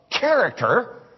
character